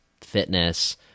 fitness